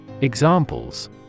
Examples